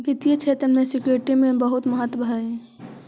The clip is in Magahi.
वित्तीय क्षेत्र में सिक्योरिटी के बहुत महत्व हई